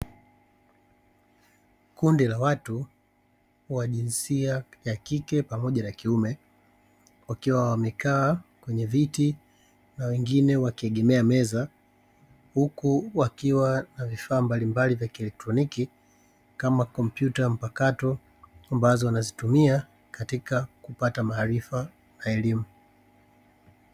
Kundi la watu wa jinsia yakike pamoja na kiume wakiwa wamekaa kwenye viti na wengine wakiegemea meza huku wakiwa na vifaa mbalimbali vya kielektroniki kama kompyuta mpakato ambazo wanazitumia katika kupata maarifa na elimu.